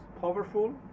powerful